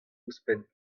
ouzhpenn